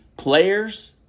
Players